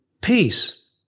peace